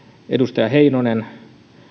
edustaja heinonen